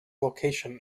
location